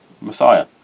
Messiah